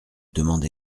demander